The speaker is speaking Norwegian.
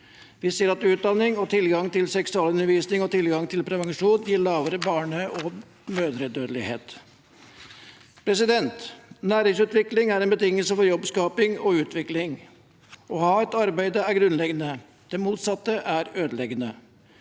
Vi ser at utdanning og tilgang til seksualundervisning og tilgang til prevensjon gir lavere barneog mødredødelighet. Næringsutvikling er en betingelse for jobbskaping og utvikling. Å ha et arbeid er grunnleggende, det motsatte er ødeleggende.